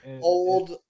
old